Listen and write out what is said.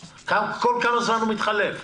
כל כמה זמן הוא מתחלף?